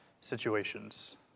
situations